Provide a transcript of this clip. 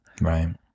right